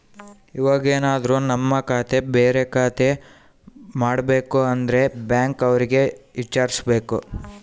ಇವಾಗೆನದ್ರು ನಮ್ ಖಾತೆ ಬೇರೆ ಖಾತೆ ಮಾಡ್ಬೇಕು ಅಂದ್ರೆ ಬ್ಯಾಂಕ್ ಅವ್ರಿಗೆ ವಿಚಾರ್ಸ್ಬೇಕು